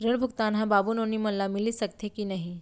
ऋण भुगतान ह बाबू नोनी मन ला मिलिस सकथे की नहीं?